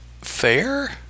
fair